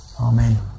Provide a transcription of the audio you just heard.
Amen